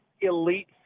elite